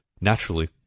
naturally